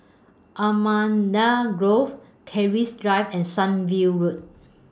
Allamanda Grove Keris Drive and Sunview Road